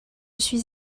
suis